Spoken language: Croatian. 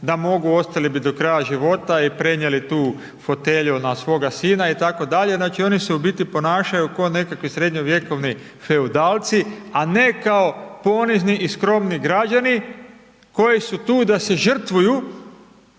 da mogu ostali bi do kraja života i prenijeli tu fotelju na svoga sina itd., znači oni se u biti ponašaju kao nekakvi srednjovjekovni feudalci, a ne kao ponizni i skromni građani koji su tu da se žrtvuju